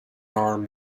arm